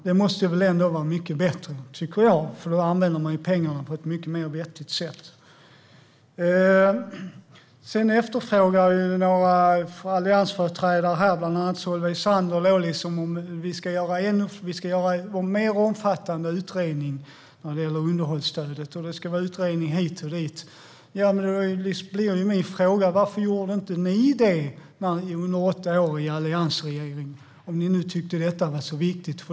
Det måste ändå vara mycket bättre, för då använder man pengarna på ett mycket mer vettigt sätt. Några alliansföreträdare, bland annat Solveig Zander, efterfrågar att vi ska göra en mer omfattande utredning av underhållsstödet. Det ska vara utredning hit och dit. Då blir min fråga: Varför gjorde ni inte det under åtta år i alliansregeringen, om ni tyckte att det var så viktigt?